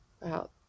Wow